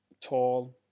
tall